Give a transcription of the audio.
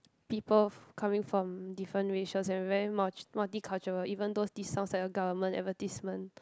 people f~ coming from different racial and very mul~ multicultural even though this sounds like a government advertisement